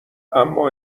اما